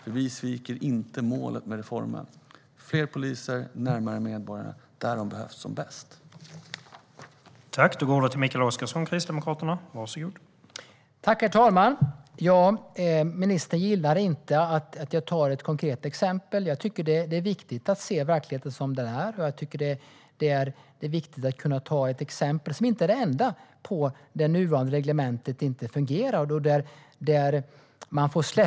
Vi sviker nämligen inte målet med reformen - fler poliser närmare medborgarna, där de behövs som bäst.